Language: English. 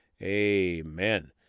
Amen